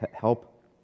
Help